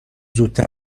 زودتر